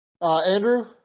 Andrew